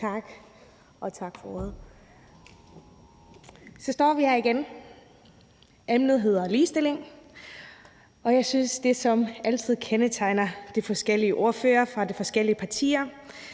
Tak, og tak for ordet. Så står vi her igen. Emnet er ligestilling, og jeg synes, at det, som altid kendetegner de forskellige ordførere fra de forskellige partier,